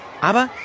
Aber